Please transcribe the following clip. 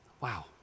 Wow